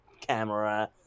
camera